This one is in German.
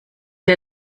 der